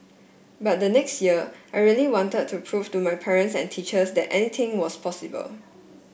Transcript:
but the next year I really wanted to prove to my parents and teachers that anything was possible